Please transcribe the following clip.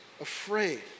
afraid